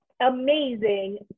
amazing